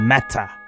matter